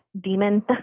demon